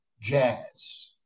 jazz